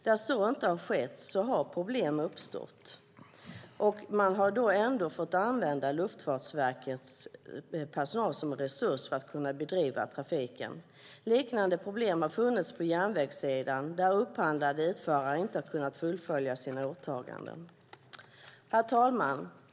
Där så inte skett har problem uppstått, och man har ändå fått använda Luftfartsverkets personal som resurs för att kunna bedriva trafiken. Liknande problem har funnits på järnvägssidan där upphandlade utförare inte har kunnat fullfölja sina åtaganden. Herr talman!